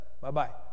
Bye-bye